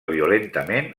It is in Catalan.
violentament